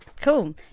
Cool